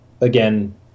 again